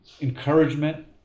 encouragement